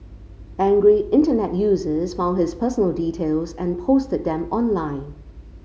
angry Internet users found his personal details and posted them online